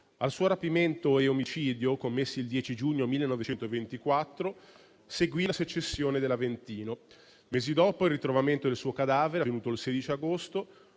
Al suo rapimento e omicidio, commessi il 10 giugno 1924, seguì la secessione dell'Aventino. Mesi dopo il ritrovamento del suo cadavere, avvenuto il 16 agosto,